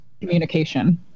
communication